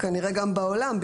כנראה שגם בעולם,